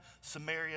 Samaria